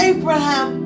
Abraham